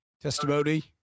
testimony